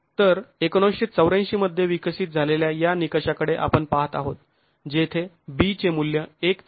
तर १९८४ मध्ये विकसित झालेल्या या निकषाकडे आपण पाहत आहोत जेथे b चे मूल्य १ ते १